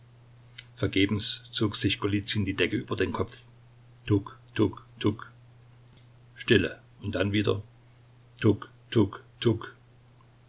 vergebens zog sich golizyn die decke über den kopf tuck tuck tuck stille und dann wieder tuck tuck